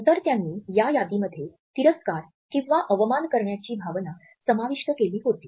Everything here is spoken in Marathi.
नंतर त्यांनी या यादीमध्ये तिरस्कार किंवा अवमान करण्याची भावना समाविष्ट केली होती